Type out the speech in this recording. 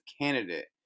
candidate